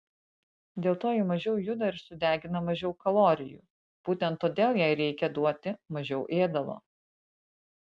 dėl to ji mažiau juda ir sudegina mažiau kalorijų būtent todėl jai reikia duoti mažiau ėdalo